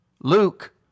Luke